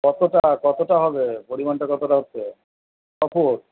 কতটা কতটা হবে পরিমাণটা কতটা হচ্ছে ক ফুট